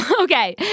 Okay